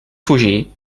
fugir